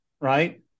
right